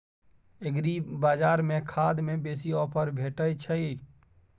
एग्रीबाजार में खाद में भी ऑफर भेटय छैय?